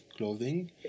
clothing